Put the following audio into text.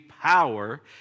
power